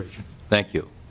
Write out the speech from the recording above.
thank you.